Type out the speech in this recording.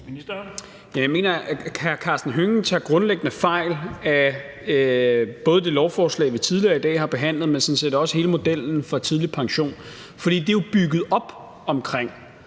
Jeg mener, at hr. Karsten Hønge tager grundlæggende fejl af både det lovforslag, vi tidligere i dag har behandlet, men sådan set også af hele modellen for tidlig pension – for det er jo bygget op omkring